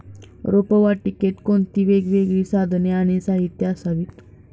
रोपवाटिकेत कोणती वेगवेगळी साधने आणि साहित्य असावीत?